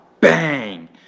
bang